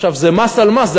עכשיו, זה מס על מס.